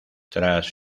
tras